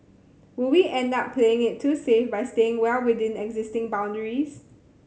will we end up playing it too safe by staying well within existing boundaries